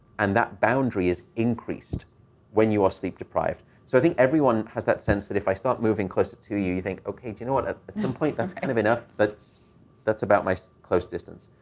and that boundary is increased when you are sleep-deprived. so i think everyone has that sense that if i moving closer to you, you think, okay, do you know what, at some point, that's kind of enough. but that's about my close distance.